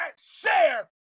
share